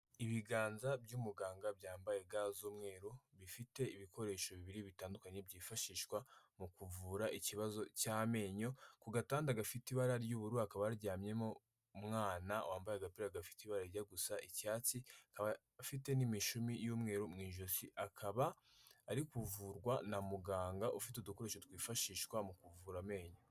Ibiganza by'umuganga byambaye ga z'umweru bifite ibikoresho bibiri bitandukanye byifashishwa mu kuvura ikibazo cy'amenyo. Ku gatanda gafite ibara ry'ubururu hakaba haryamyemo umwana wambaye agapira gafite ibara rijya gusa icyatsi akaba afite n'imishumi y'umweru mu ijosi, akaba ari kuvurwa na muganga ufite udukoresho twifashishwa mu kuvura amenyo.